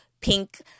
pink